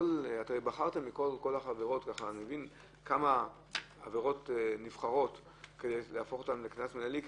בחרתם מכל העבירות כמה עבירות נבחרות שהפכתם אותן לקנס מינהלי,